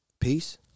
Peace